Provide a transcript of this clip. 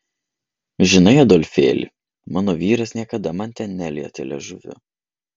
žinai adolfėli mano vyras niekada man ten nelietė liežuviu